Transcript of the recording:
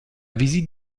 visite